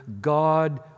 God